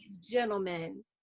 gentlemen